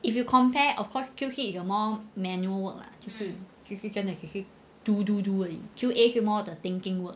if you compare of course Q_C is a more manual work 就是 Q_C 真的只是 do do do 而已 Q_A 是 more of a thinking work